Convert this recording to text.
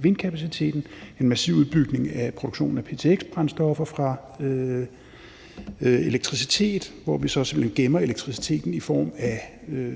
vindkapaciteten, en massiv udbygning af produktionen af ptx-brændstoffer fra elektricitet, hvor vi så simpelt hen gemmer elektriciteten i form af